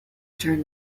turn